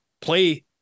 play